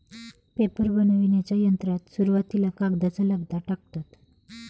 paper बनविण्याच्या यंत्रात सुरुवातीला कागदाचा लगदा टाकतात